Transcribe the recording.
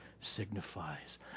signifies